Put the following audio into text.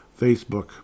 Facebook